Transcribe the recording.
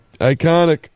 Iconic